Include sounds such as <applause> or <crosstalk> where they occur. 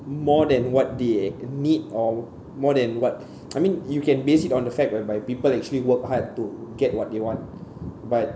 more than what they need or more than what <noise> I mean you can base it on the fact whereby people actually work hard to get what they want but